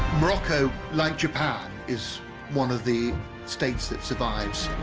morocco like japan is one of the states that survives